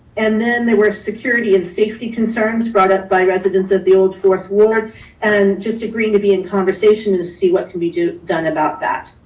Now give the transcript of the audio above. and then there were security and safety concerns brought up by residents of the old fourth ward and just agreeing to be in conversation and see what can be done about that.